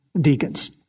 deacons